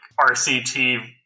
RCT